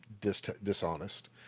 dishonest